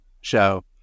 show